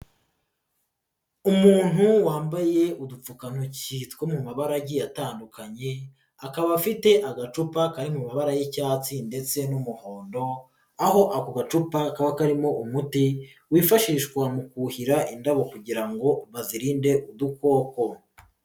Umuntu wambaye udupfukantoki two mu mabara agiye atandukanye akaba afite agacupa kari mu mabara y'icyatsi ndetse n'umuhondo aho ako gacupa kaba karimo umuti wifashishwa mu kuhira indabo kugira ngo bazirinde udukoko.